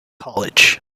college